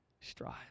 Strive